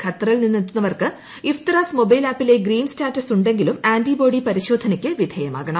ഖത്തറിൽ നിന്നെത്തുന്നവർക്ക് Ehteraz mobile ആപ്പിലെ ഗ്രീൻ സ്റ്റാറ്റസ് ഉണ്ടെങ്കിലും ആന്റിബോഡി പരിശോധനക്ക് വിധേയമാകണം